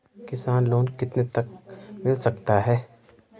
किसान लोंन कितने तक मिल सकता है?